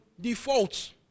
defaults